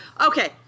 Okay